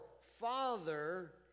Father